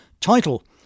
title